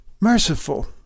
merciful